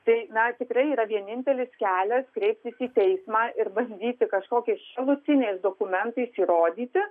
tai na tikrai yra vienintelis kelias kreiptis į teismą ir bandyti kažkokiais šalutiniais dokumentais įrodyti